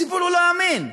הסיפור הוא לא אמין.